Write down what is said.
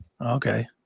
Okay